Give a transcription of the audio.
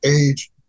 age